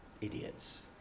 idiots